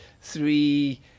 three